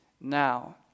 now